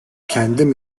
kendim